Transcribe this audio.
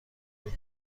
بود